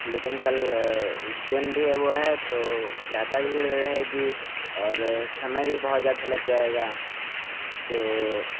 लेकिन कल दिन भी यह वा है तो ज़्यादा भीड़ रहेगी और समय भी बहुत ज़्यादा लग जाएगा तो